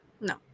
No